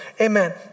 Amen